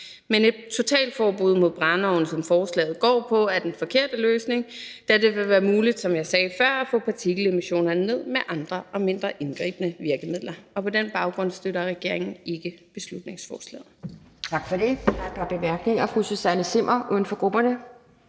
Men et totalforbud mod brændeovne, som forslaget går på, er den forkerte løsning, da det vil være muligt, som jeg sagde før, at få partikelemissionerne ned med andre og mindre indgribende virkemidler. På den baggrund støtter regeringen ikke beslutningsforslaget.